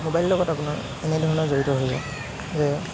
ম'বাইলৰ লগত আপোনাৰ এনেধৰণে জড়িত হৈ ৰওঁ যে